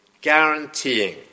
guaranteeing